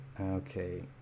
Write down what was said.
Okay